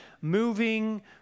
moving